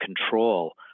control